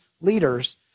leaders